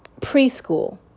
preschool